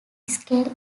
scale